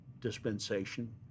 dispensation